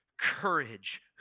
courage